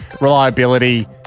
reliability